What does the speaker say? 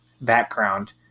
background